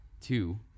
Two